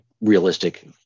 realistic